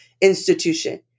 institution